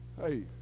Hey